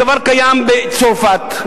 הדבר קיים קיים בצרפת,